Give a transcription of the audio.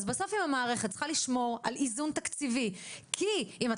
אז בסוף אם המערכת צריכה לשמור על איזון תקציבי כי אם את